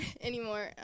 anymore